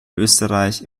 österreich